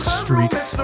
streets